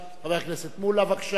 חבר הכנסת מולה, בבקשה.